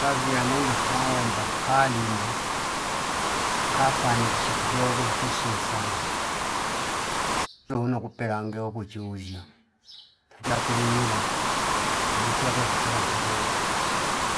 Kazi yanei nakaomba kalima kafa nikisha kidogo lakini sio sana keuno kupelange uko chuzsha yakulimila nimpiya yakwe yakupela ntakweti